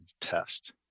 test